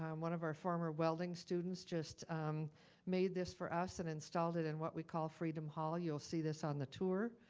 um one of our former welding students just made this for us and installed it in what we call freedom hall. you'll see this on the tour.